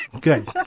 Good